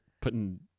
putting